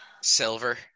Silver